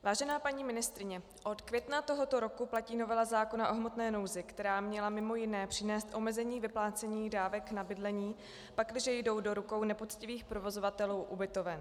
Vážená paní ministryně, od května tohoto roku platí novela zákona o hmotné nouzi, která měla mimo jiné přinést omezení vyplácení dávek na bydlení, pakliže jdou do rukou nepoctivých provozovatelů ubytoven.